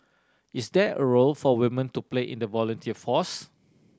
is there a role for women to play in the volunteer force